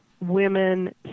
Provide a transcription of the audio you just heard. women